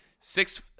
Six